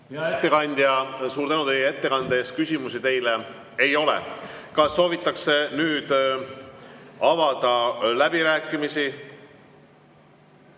Hea ettekandja, suur tänu ettekande eest! Küsimusi teile ei ole. Kas soovitakse avada läbirääkimisi?